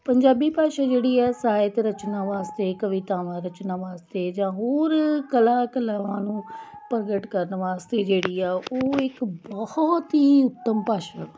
ਪੰਜਾਬੀ ਭਾਸ਼ਾ ਜਿਹੜੀ ਹੈ ਸਾਹਿਤ ਰਚਨਾ ਵਾਸਤੇ ਕਵਿਤਾਵਾਂ ਰਚਨਾ ਵਾਸਤੇ ਜਾਂ ਹੋਰ ਕਲਾ ਕਲਾਵਾਂ ਨੂੰ ਪ੍ਰਗਟ ਕਰਨ ਵਾਸਤੇ ਜਿਹੜੀ ਆ ਉਹ ਇੱਕ ਬਹੁਤ ਹੀ ਉੱਤਮ ਭਾਸ਼ਾ